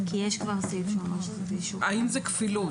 כי יש כבר סעיף שאומר --- האם זה כפילות.